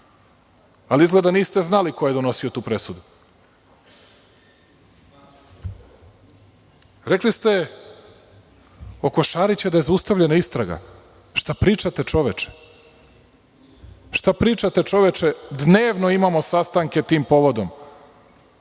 ali izgleda niste znali ko je donosio tu presudu. Rekli ste da je oko Šarića zaustavljena istraga. Šta pričate, čoveče? Šta pričate čoveče, dnevno imamo sastanke tim povodom?